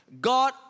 God